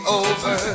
over